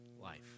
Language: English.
life